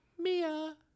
Mia